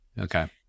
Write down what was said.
Okay